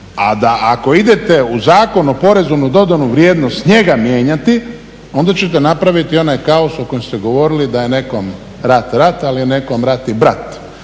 A ako idete u Zakon o porezu na dodanu vrijednost njega mijenjati onda ćete napraviti onaj kaos o kojem ste govorili da je nekom rat rat, ali je nekom rat i brat.